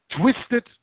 twisted